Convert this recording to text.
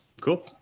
Cool